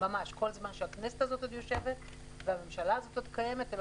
ממש כל זמן שהכנסת הזאת עוד יושבת והממשלה הזאת עוד קיימת.